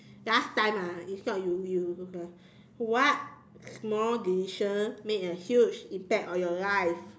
last time ah if not you you what small decision made a huge impact on your life